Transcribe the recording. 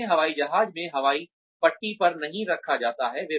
उन्हें हवाई जहाज में हवाई पट्टी पर नहीं रखा जाता है